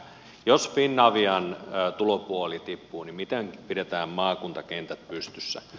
jos finavian tulopuoli tippuu niin miten pidetään maakuntakentät pystyssä